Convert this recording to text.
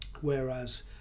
Whereas